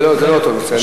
זה לא אותו נושא.